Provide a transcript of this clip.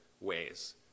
ways